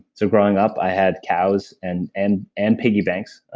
so growing up, i had cows and and and piggy banks.